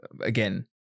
again